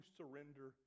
surrender